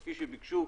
כפי שביקשו,